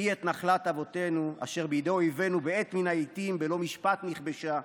כי את נחלת אבותינו אשר בידי אויבינו בעת מן העיתים בלא משפט נכבשה,